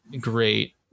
great